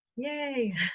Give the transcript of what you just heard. Yay